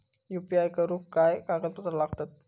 UPI करुक काय कागदपत्रा लागतत?